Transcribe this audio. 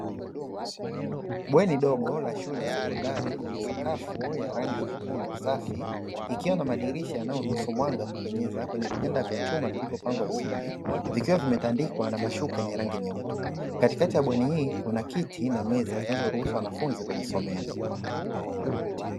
Bweni dogo la shule ya sekondari, lenye sakafu ya rangi nyekundu safi ikiwa na madirisha yanayoruhusu mwanga kupenyeza kwenye vitanda vya chuma vilivyopangwa vizuri, vikiwa vimetandikwa na mashuka yenye rangi nyeupe. Katikati ya bweni hii kuna kiti na meza zinazoruhusu wanafunzi kujisomea.